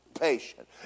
patient